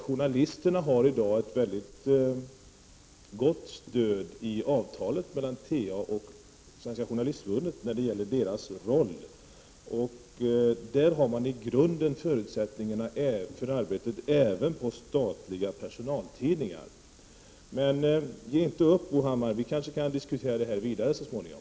Journalisterna har i dag ett väldigt gott stöd i avtalet mellan TA och Svenska Journalistförbundet när det gäller deras roll, och där har man i grunden förutsättningarna för arbetet även på statliga personaltidningar. Men ge inte upp, Bo Hammar, vi kanske kan diskutera det här vidare så småningom!